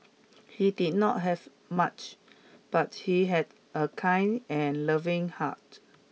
he did not have much but he had a kind and loving heart